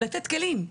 לתת כלים.